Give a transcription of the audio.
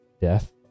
Death